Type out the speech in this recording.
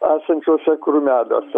esančiuose krūmeliuose